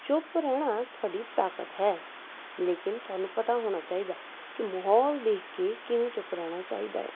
ਚੁੱਪ ਰਹਿਣਾ ਤੁਹਾਡੀ ਤਾਕਤ ਹੈ ਲੇਕਿਨ ਤੁਹਾਨੂੰ ਪਤਾ ਹੋਣਾ ਚਾਹੀਦਾ ਕਿ ਮਾਹੌਲ ਦੇਖ ਕੇ ਕਿਵੇਂ ਚੁੱਪ ਰਹਿਣਾ ਚਾਹੀਦਾ ਹੈ